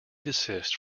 desist